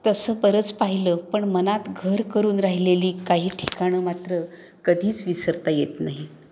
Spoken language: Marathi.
तसं बरंच पाहिलं पण मनात घर करून राहिलेली काही ठिकाणं मात्र कधीच विसरता येत नाहीत